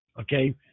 Okay